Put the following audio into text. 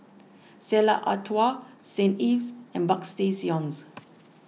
Stella Artois Saint Ives and Bagstationz